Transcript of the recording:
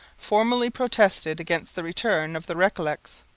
formally protested against the return of the recollets.